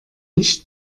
nicht